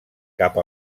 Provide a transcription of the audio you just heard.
cap